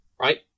right